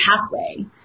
pathway